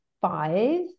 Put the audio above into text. five